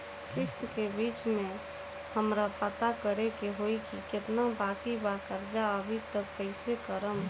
किश्त के बीच मे हमरा पता करे होई की केतना बाकी बा कर्जा अभी त कइसे करम?